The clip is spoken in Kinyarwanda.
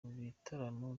bitaramo